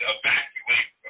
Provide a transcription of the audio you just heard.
evacuate